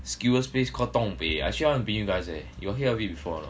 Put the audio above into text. skewers place called 东北 actually I want bring you guys eh you got hear of it before or not